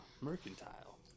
Mercantile